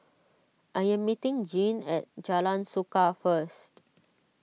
I am meeting Gene at Jalan Suka first